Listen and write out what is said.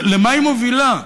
למה היא מובילה?